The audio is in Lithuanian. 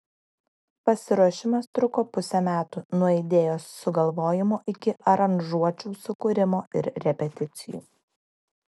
pasiruošimas truko pusę metų nuo idėjos sugalvojimo iki aranžuočių sukūrimo ir repeticijų